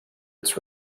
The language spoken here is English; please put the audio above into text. its